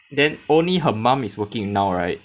then only her mum is working now right